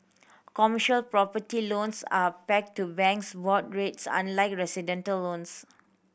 commercial property loans are pegged to banks board rates unlike residential loans